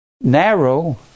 narrow